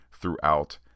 throughout